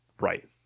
Right